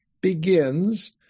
begins